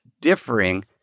differing